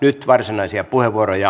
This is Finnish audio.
nyt varsinaisia puheenvuoroja